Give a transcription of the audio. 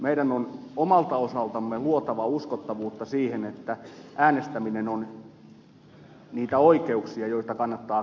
meidän on omalta osaltamme luotava uskottavuutta siihen että äänestäminen on niitä oikeuksia joita kannattaa käyttää